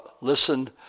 listen